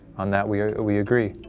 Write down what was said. on that, we we agree.